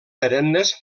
perennes